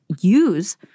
use